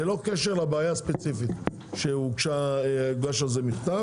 ללא קשר לבעיה הספציפית שהוגש על זה מכתב